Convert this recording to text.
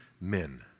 men